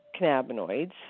cannabinoids